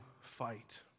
fight